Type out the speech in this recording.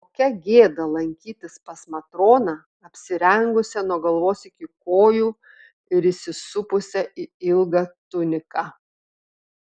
kokia gėda lankytis pas matroną apsirengusią nuo galvos iki kojų ir įsisupusią į ilgą tuniką